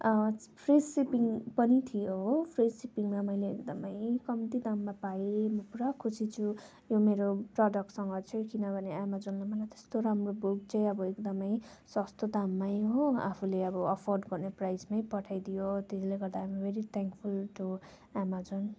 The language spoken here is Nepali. फ्री सिपिङ पनि थियो हो फ्री सिपिङमा मैले एकदम कम्ती दाममा पाएँ म पुरा खुसी छु यो मेरो प्रडक्टसँग चाहिँ किनभने एमाजनले मलाई त्यस्तो राम्रो बुक चाहिँ अब एकदम सस्तो दाममा हो आफूले अब एफर्ड गर्ने प्राइसमा पठाइदियो त्यसले गर्दा I am very thankful to Amazon